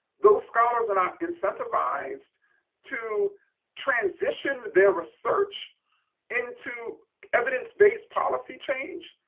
those scholars are not incentivized to transition their research into evidence-based policy change.